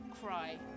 cry